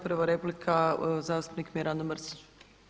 Prva replika zastupnik Mirando Mrsić.